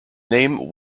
name